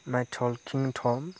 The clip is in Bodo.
माइ टकिं टम